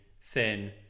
thin